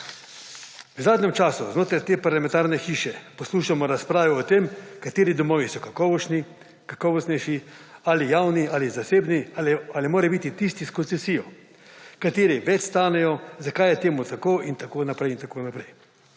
V zadnjem času znotraj te parlamentarne hiše poslušamo razprave o tem kateri domovi so kakovostni, ali javni ali zasebni ali morebiti tisti s koncesijo, kateri več stanejo, zakaj je temu tako in tako naprej. V duhu